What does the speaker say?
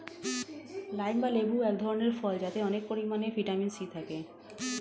lime বা লেবু এক ধরনের ফল যাতে অনেক পরিমাণে ভিটামিন সি থাকে